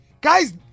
Guys